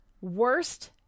worst